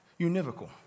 univocal